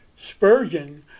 Spurgeon